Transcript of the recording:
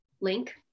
link